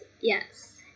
yes